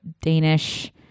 Danish